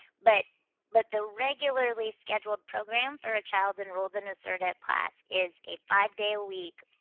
but but the regularly scheduled program for a child enrolled in a so cerdep class is a five day a week,